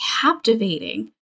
captivating